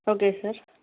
okay sir